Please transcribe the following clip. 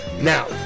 Now